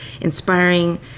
inspiring